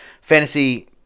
fantasy